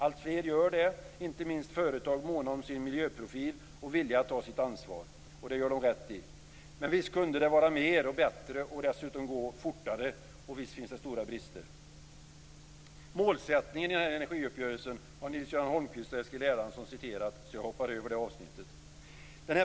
Alltfler köper sådan el, inte minst företag som är måna om sin miljöprofil och har en vilja att ta sitt ansvar, och det gör de rätt i. Men visst kunde det vara mer och bättre och dessutom gå fortare och visst finns det stora brister. Målsättningen med energiuppgörelsen har Nils Göran Holmqvist och Eskil Erlandsson redogjort för, så jag hoppar över det avsnittet.